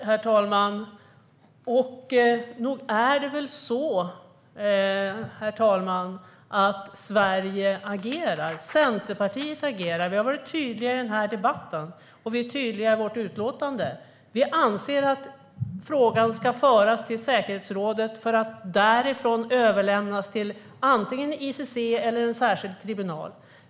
Herr talman! Nog är det väl så att Sverige agerar. Centerpartiet agerar. Vi har varit tydliga i denna debatt, och vi är tydliga i vårt utlåtande. Vi anser att frågan ska föras till säkerhetsrådet för att därifrån överlämnas till antingen ICC eller en särskild tribunal.